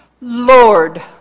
Lord